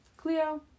Cleo